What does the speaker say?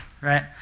Right